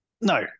no